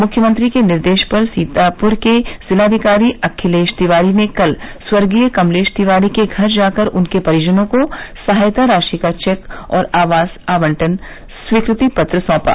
मुख्यमंत्री के निर्देश पर सीतापुर के जिलाधिकारी अखिलेश तिवारी ने कल स्वर्गीय कमलेश तिवारी के घर जाकर उनके परिजनों को सहायता राशि का चेक और आवास आवंटन का स्वीकृति पत्र सौंपा